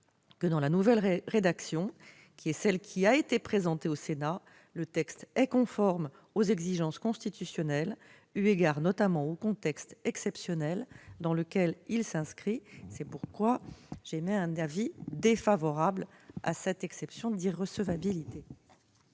que, dans la nouvelle rédaction telle qu'elle a été présentée au Sénat, le texte est conforme aux exigences constitutionnelles, eu égard notamment au contexte exceptionnel dans lequel il s'inscrit. C'est pourquoi j'émets un avis défavorable sur cette motion tendant